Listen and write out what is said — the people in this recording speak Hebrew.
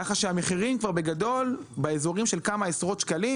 כך שהמחירים הם בסביבות כמה עשרות שקלים